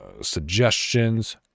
suggestions